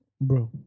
Bro